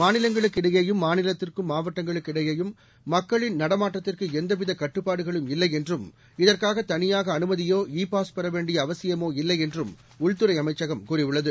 மாநிலங்களுக்கு இடையேயும் மாநிலத்திற்குள் மாவட்டங்களுக்கு இடையிலும் மக்களின் நடமாட்டத்திற்கு எந்தவித கட்டுப்பாடுகளும் இல்லை என்றும் இதற்காக தனியாக அனுமதியோ இ பாஸ் பெற வேண்டிய அவசியமோ இல்லை என்றும் உள்துறை அமைச்சகம் கூறியுள்ளது